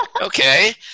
Okay